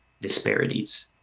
disparities